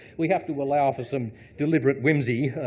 we have to allow for some deliberate whimsy.